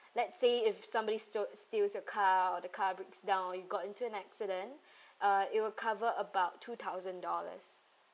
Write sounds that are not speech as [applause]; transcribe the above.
let's say if somebody stole steals your car or the car breaks down or you got into an accident [breath] uh it will cover about two thousand dollars